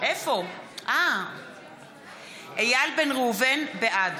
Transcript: יחיאל חיליק בר, בעד